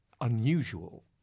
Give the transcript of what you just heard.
unusual